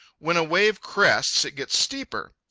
when a wave crests, it gets steeper.